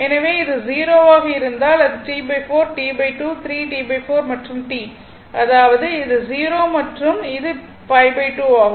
எனவே இது 0 ஆக இருந்தால் அது T4 T2 3 T4 மற்றும் T அதாவது இது 0 மற்றும் இது π2 ஆகும்